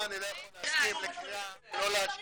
אני לא יכול להסכים לקריאה לא להקשיב